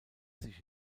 sich